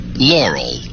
laurel